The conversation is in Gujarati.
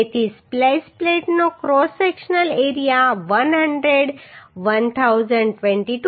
તેથી સ્પ્લીસ પ્લેટનો ક્રોસ સેક્શનલ એરિયા 100 1022